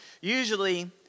usually